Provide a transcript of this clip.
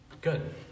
Good